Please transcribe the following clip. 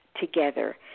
together